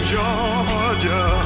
Georgia